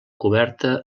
coberta